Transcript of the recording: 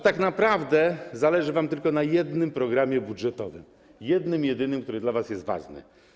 Tak naprawdę zależy wam tylko na jednym programie budżetowym, jednym jedynym, który jest dla was ważny.